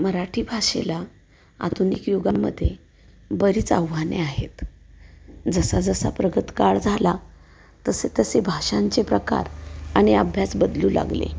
मराठी भाषेला आधुनिक युगामध्ये बरीच आव्हाने आहेत जसा जसा प्रगत काळ झाला तसे तसे भाषांचे प्रकार आणि अभ्यास बदलू लागले